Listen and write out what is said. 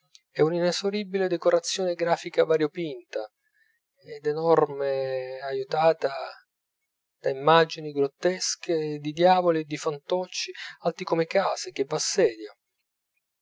è una inesauribile decorazione grafica variopinta ed enorme aiutata da immagini grottesche di diavoli e di fantocci alti come case che v'assedia vi